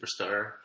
superstar